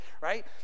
right